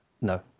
No